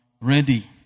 ready